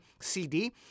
CD